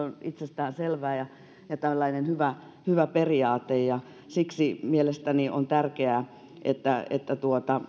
on itsestäänselvää ja ja tällainen hyvä hyvä periaate ja siksi mielestäni on tärkeää että että